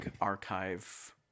archive